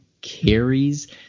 carries